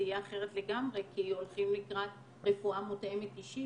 יהיה אחרת לגמרי כי הולכים לקראת רפואה מותאמת אישית